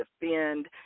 defend